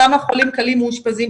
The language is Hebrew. למה חולים קלים מאושפזים.